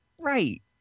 Right